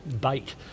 bait